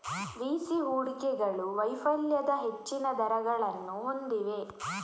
VC ಹೂಡಿಕೆಗಳು ವೈಫಲ್ಯದ ಹೆಚ್ಚಿನ ದರಗಳನ್ನು ಹೊಂದಿವೆ